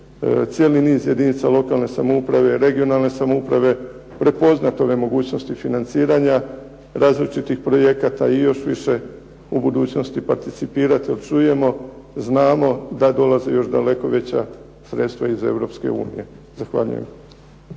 cijeli niz jedinica lokalne i regionalne samouprave prepoznati ove mogućnosti financiranja, različitih projekata i još više u budućnosti participirati jer čujemo, znamo da dolaze još daleko veća sredstva iz Europske unije. Zahvaljujem.